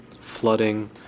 Flooding